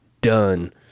done